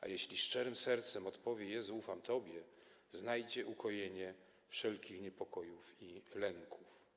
A jeśli szczerym sercem odpowie „Jezu, ufam Tobie”, znajdzie ukojenie wszelkich niepokojów i lęków.